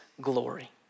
glory